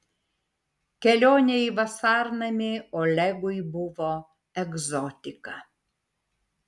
kelionė į vasarnamį olegui buvo egzotika